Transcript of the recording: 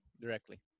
directly